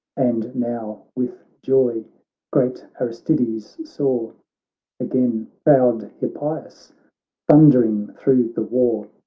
and now with joy great aristides saw again proud hippias thundering thro' the war.